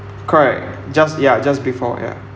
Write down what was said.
correct just ya just before ya